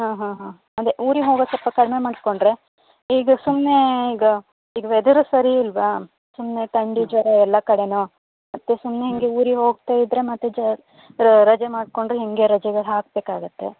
ಹಾಂ ಹಾಂ ಹಾಂ ಅದೆ ಊರಿಗೆ ಹೋಗೋದು ಸ್ವಲ್ಪ ಕಡಿಮೆ ಮಾಡಿಕೊಂಡ್ರೆ ಈಗ ಸುಮ್ಮನೆ ಈಗ ಈಗ ವೆದರು ಸರಿ ಇಲ್ವಾ ಸುಮ್ಮನೆ ಥಂಡಿ ಜ್ವರ ಎಲ್ಲ ಕಡೆ ಮತ್ತೆ ಸುಮ್ಮನೆ ಹಿಂಗೆ ಊರಿಗೆ ಹೋಗ್ತಾಯಿದ್ರೆ ಮತ್ತೆ ಜ್ವ ರಜೆ ಮಾಡಿಕೊಂಡ್ರೆ ಹಿಂಗೆ ರಜೆಗಳು ಹಾಕ್ಬೇಕಾಗುತ್ತೆ